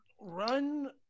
Run